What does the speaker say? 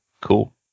cool